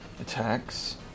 Attacks